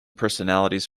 personalities